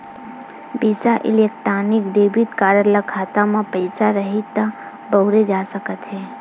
बिसा electronic debit card ल खाता म पइसा रइही त बउरे जा सकत हे